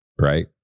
right